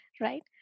Right